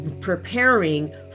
preparing